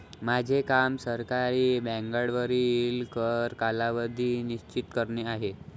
माझे काम सरकारी बाँडवरील कर कालावधी निश्चित करणे आहे